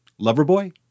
Loverboy